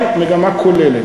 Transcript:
המגמה היא מגמה כוללת.